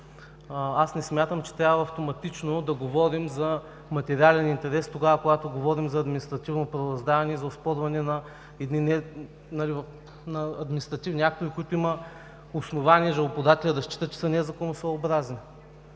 Не смятам, че трябва автоматично да говорим за материален интерес, когато говорим за административно правораздаване и оспорване на административни актове, при които има основание жалбоподателят да счита, че са незаконосъобразни.